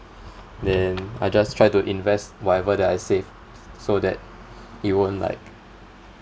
then I just try to invest whatever that I save so that it won't like